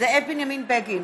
זאב בנימין בגין,